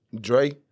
Dre